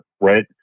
right